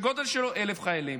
שהגודל שלו 1,000 חיילים,